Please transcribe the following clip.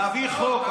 נביא חוק,